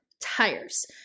tires